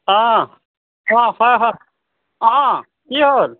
অ' অ' হয় হয় অ' কি হ'ল